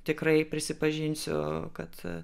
tikrai prisipažinsiu kad